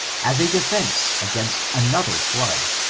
as a defense against another flood,